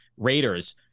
Raiders